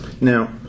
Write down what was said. Now